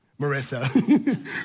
Marissa